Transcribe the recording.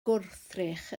gwrthrych